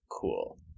cool